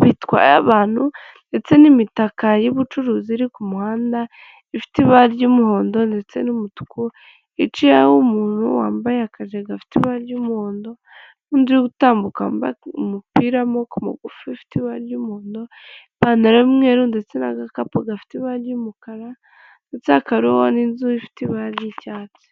bitwaye abantu, ndetse n'imitaka y'ubucuruzi iri ku muhanda ifite ibara ry'umuhondo ndetse n'umutuku, iciyeho umuntu wambaye akajire gafite ibara ry'umuhondo n'undi uri gutambuka wambaye umupira w'amaboko magufi ufite ibara ry'umuhondo ipantaro y'umweru ndetse n'agakapu gafite ibara ry'umukara, ndetse hakaba hariho n'inzu ifite ibara ry'icyatsi.